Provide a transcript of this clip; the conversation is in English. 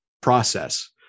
process